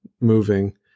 moving